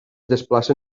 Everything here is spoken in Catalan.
desplacen